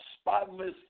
spotless